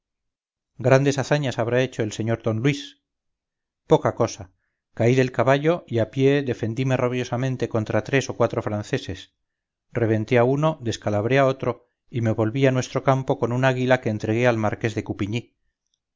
grandes hazañas habrá hecho el sr d luis poca cosa caí del caballo y a pie defendime rabiosamente contra tres o cuatro franceses reventé a uno descalabré a otro y me volví a nuestro campo con un águila que entregué al marqués de